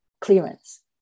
clearance